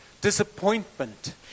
disappointment